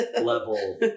level